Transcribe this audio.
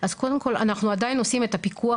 אז קודם כל אנחנו עדיין עושים את הפיקוח